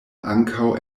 ankaŭ